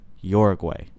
Uruguay